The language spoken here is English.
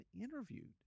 interviewed